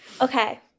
okay